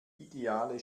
ideale